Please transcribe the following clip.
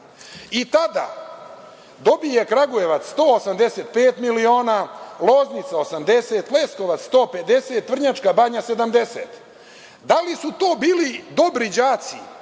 dobije Kragujevac 185 miliona, Loznica 80, Leskovac 150, Vrnjačka Banja 70. Da li su to bili dobri đaci